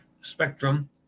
Spectrum